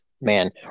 man